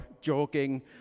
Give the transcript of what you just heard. jogging